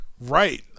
Right